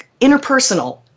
interpersonal